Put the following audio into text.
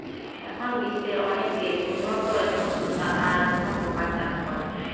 অখন বিশ্বের অনেক দেশ উন্নত রেশম সুতা আর রেশম পোকার চাষ করে